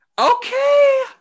okay